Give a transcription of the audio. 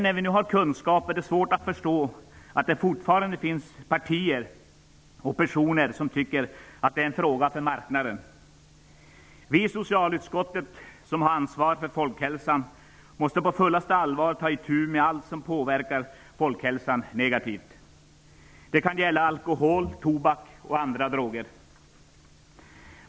När vi nu har kunskapen är det därför svårt att förstå att det fortfarande finns partier och personer som tycker att detta är en fråga för marknaden. Vi i socialutskottet som har ansvaret för folkhälsan måste på fullaste allvar ta itu med allt som påverkar folkhälsan negativt. Det kan gälla alkohol, tobak och andra droger.